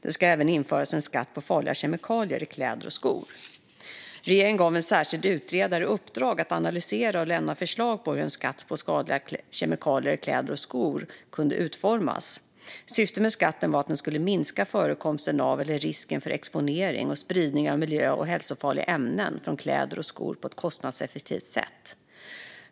Det ska även införas en skatt på farliga kemikalier i kläder och skor. Regeringen gav en särskild utredare i uppdrag att analysera och lämna förslag på hur en skatt på skadliga kemikalier i kläder och skor kunde utformas. Syftet med skatten var att den skulle minska förekomsten av eller risken för exponering och spridning av miljö och hälsofarliga ämnen från kläder och skor på ett kostnadseffektivt sätt.